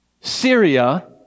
Syria